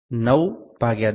S 9 10 M